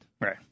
Right